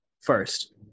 first